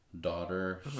Daughter